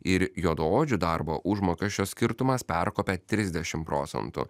ir juodaodžių darbo užmokesčio skirtumas perkopė trisdešim procentų